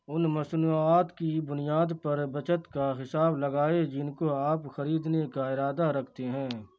ان مصنوعات کی بنیاد پر بچت کا حساب لگائے جن کو آپ خریدنے کا ارادہ رکھتے ہیں